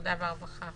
העבודה והרווחה